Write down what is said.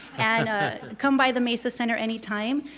and come by the mesa center anytime,